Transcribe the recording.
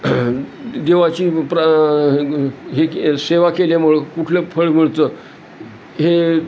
देवाची प्रा हे के सेवा केल्यामुळं कुठलं फळ मिळचं हे